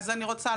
אז אני רוצה לומר.